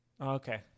Okay